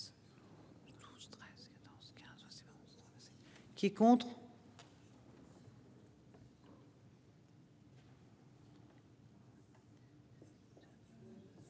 Qui est contre.